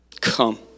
come